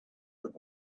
there